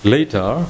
Later